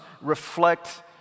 reflect